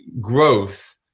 growth